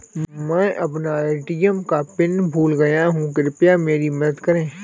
मैं अपना ए.टी.एम का पिन भूल गया हूं, कृपया मेरी मदद करें